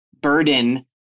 burden